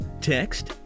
text